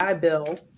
Bill